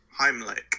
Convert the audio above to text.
Heimlich